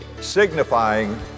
signifying